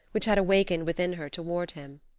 which had awakened within her toward him.